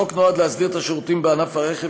החוק נועד להסדיר את השירותים בענף הרכב,